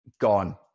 gone